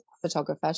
photographer